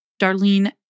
Darlene